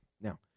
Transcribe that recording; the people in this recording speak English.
Now